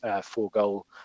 four-goal